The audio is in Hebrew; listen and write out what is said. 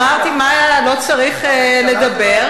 אמרתי: מה, לא צריך לדבר.